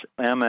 MS